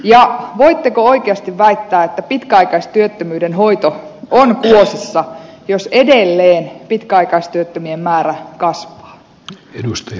ja voitteko oikeasti väittää että pitkäaikaistyöttömyyden hoito on kuosissa jos edelleen pitkäaikaistyöttömien määrä kasvaa